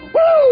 Woo